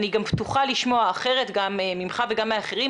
אני גם פתוחה לשמוע אחרת גם ממך וגם מאחרים,